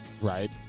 Right